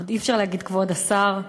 עוד אי-אפשר להגיד כבוד השר,